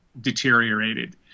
deteriorated